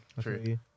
true